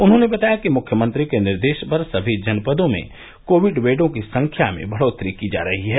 उन्होंने बताया कि मुख्यमंत्री के निर्देश पर सभी जनपदों में कोविड बेडों की संख्या में बढ़ोत्तरी की जा रही है